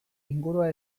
ingurua